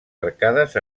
arcades